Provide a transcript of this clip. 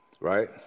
right